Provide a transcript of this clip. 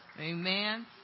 Amen